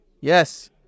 Yes